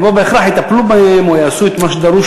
הם לא בהכרח יטפלו בהם או יעשו את מה שדרוש